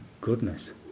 goodness